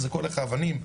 יזרקו עליך אבנים,